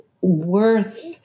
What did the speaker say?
worth